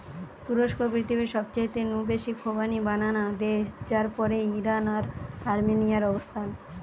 তুরস্ক পৃথিবীর সবচাইতে নু বেশি খোবানি বানানা দেশ যার পরেই ইরান আর আর্মেনিয়ার অবস্থান